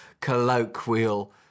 colloquial